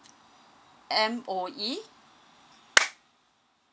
M_O_E